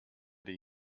die